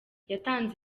yatanze